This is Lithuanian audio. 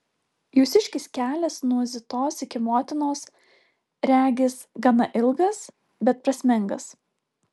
jūsiškis kelias nuo zitos iki motinos regis gana ilgas bet prasmingas